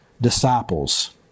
disciples